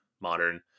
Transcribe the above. Modern